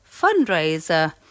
fundraiser